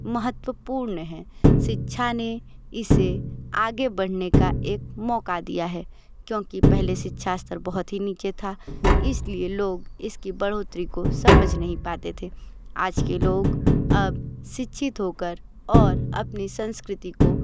महत्वपूर्ण हैं शिक्षा ने इसे आगे बढ़ने का एक मौका दिया है क्योंकि पहले शिक्षा स्तर बहुत ही नीचे था इसलिए लोग इसकी बढ़ोतरी को समझ नहीं पाते थे आज के लोग अब शिक्षित होकर और अपने संस्कृति को